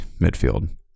midfield